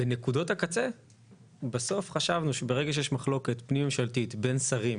בנקודות הקצה בסוף חשבנו שברגע שיש מחלוקת פנים ממשלתית בין שרים,